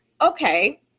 Okay